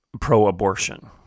pro-abortion